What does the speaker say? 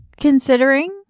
considering